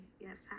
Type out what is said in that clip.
Yes